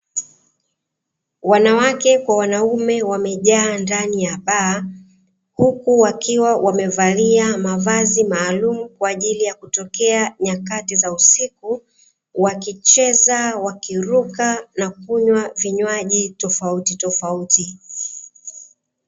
Wanawake kwa wanaume wamejaa ndani ya baa huku wakiwa wamevalia mavazi maalum kwaajili ya kutokea nyakati za usiku, wakicheza, wakiruka na kunywa vinywaji tofautitofauti.